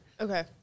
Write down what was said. Okay